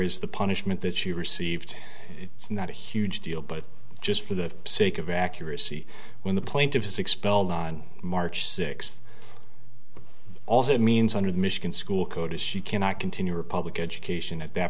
the punishment that she received it's not a huge deal but just for the sake of accuracy when the plaintiff's expelled on march sixth also it means under the michigan school code if she cannot continue republican cation at that